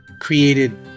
created